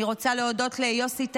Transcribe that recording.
אני רוצה להודות ליוסי טייב,